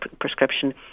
prescription